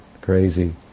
Crazy